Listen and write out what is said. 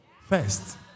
first